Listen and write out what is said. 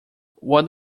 what